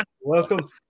Welcome